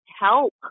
help